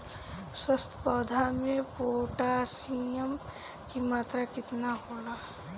स्वस्थ पौधा मे पोटासियम कि मात्रा कितना होला?